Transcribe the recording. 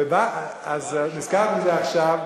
אז נזכרתי בזה עכשיו,